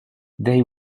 they